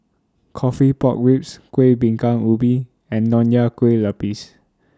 Coffee Pork Ribs Kueh Bingka Ubi and Nonya Kueh Lapis